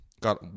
Got